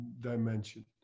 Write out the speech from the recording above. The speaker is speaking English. Dimension